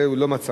זה, לא מצאנו.